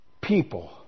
people